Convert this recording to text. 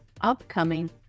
upcoming